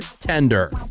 tender